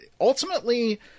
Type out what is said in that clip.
ultimately